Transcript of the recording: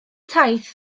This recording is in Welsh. taith